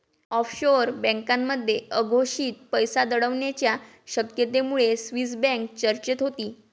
offshore बँकांमध्ये अघोषित पैसा दडवण्याच्या शक्यतेमुळे स्विस बँक चर्चेत होती